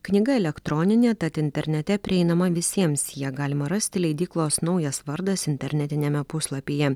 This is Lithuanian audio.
knyga elektroninė tad internete prieinama visiems ją galima rasti leidyklos naujas vardas internetiniame puslapyje